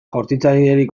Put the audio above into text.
jaurtitzailerik